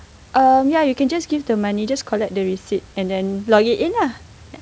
um ya you can just give the money just collect the receipt and then log it in lah